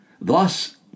Thus